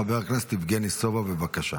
חבר הכנסת יבגני סובה, בבקשה.